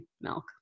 milk